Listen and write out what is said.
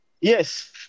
Yes